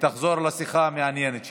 ותחזור לשיחה המעניינת שלך,